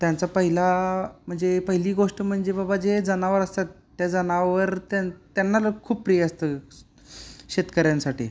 त्यांचा पहिला म्हणजे पहिली गोष्ट म्हणजे बाबा जे जनावर असतात त्या जनावर त्यां त्यांना ल खूप प्रिय असतं शेतकऱ्यांसाठी